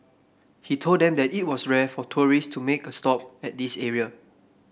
he told them that it was rare for tourist to make a stop at this area